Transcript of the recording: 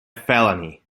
felony